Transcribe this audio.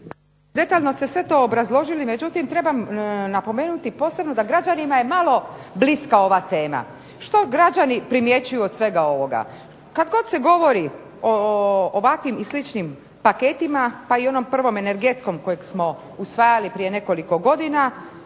Detaljno ste sve to obrazložili, međutim trebam napomenuti posebno da građanima je malo bliska ova tema. Što građani primjećuju od svega ovoga? Kad god se govori o ovakvim i sličnim paketima, pa i onom prvom energetskom kojeg smo usvajali prije nekoliko godina,